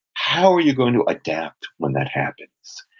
how are you going to adapt when that happens?